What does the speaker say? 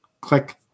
Click